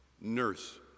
Nurse